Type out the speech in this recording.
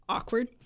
Awkward